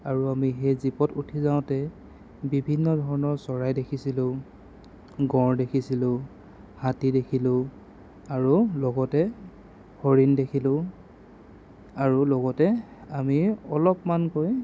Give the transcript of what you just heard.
আৰু আমি সেই জীপত উঠি যাওঁতেই বিভিন্ন ধৰণৰ চৰাই দেখিছিলোঁ গঁড় দেখিছিলোঁ হাতী দেখিলোঁ আৰু লগতে হৰিণ দেখিলোঁ আৰু লগতে আমি অলপমান গৈ